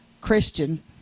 Christian